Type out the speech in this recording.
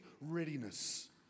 readiness